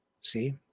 See